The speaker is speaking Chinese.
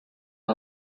撤销